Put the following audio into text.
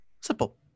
Simple